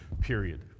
period